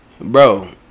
Bro